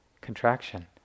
contraction